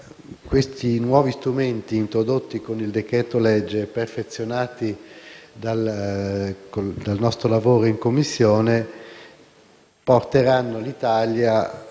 che i nuovi strumenti introdotti con il decreto-legge e perfezionati dal nostro lavoro in Commissione porteranno l'Italia